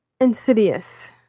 Insidious